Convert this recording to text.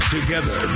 Together